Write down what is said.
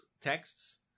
texts